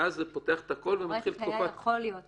ואז זה פותח את הכול ומתחילה תקופה --- יכול היה להיות מצב,